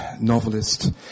novelist